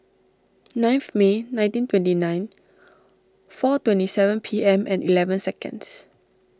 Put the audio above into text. ninth May nineteen twenty nine four twenty seven P M and eleven seconds